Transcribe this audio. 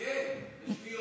קיש.